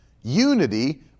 unity